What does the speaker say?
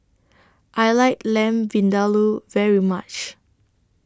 I like Lamb Vindaloo very much